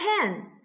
pen